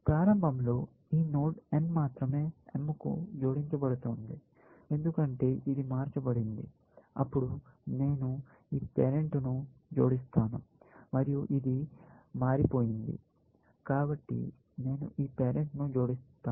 ప్రారంభంలో ఈ node n మాత్రమే M కు జోడించబడుతోంది ఎందుకంటే ఇది మార్చబడింది అప్పుడు నేను ఈ పేరెంట్ను జోడిస్తాను మరియు ఇది మారిపోయింది కాబట్టి నేను ఈ పేరెంట్ను జోడిస్తాను